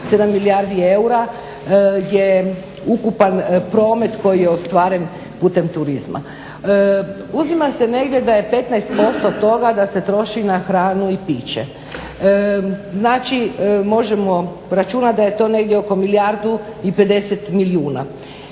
7 milijardi eura je ukupan promet koji je ostvaren putem turizma. Uzima se negdje da je 15% toga da se troši na hranu i piće. Znači, možemo računati da je to negdje oko milijardu i 50 milijuna.